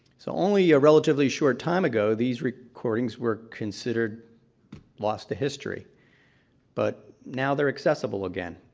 so only a relatively short time ago, these recordings were considered lost to history but now they're accessible again.